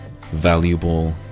valuable